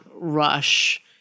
rush